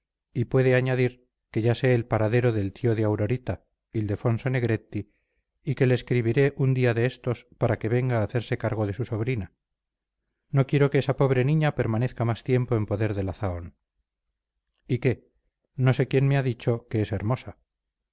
y puede añadir que ya sé el paradero del tío de aurorita ildefonso negretti y que le escribiré un día de estos para que venga a hacerse cargo de su sobrina no quiero que esa pobre niña permanezca más tiempo en poder de la zahón y qué no sé quién me ha dicho que es hermosa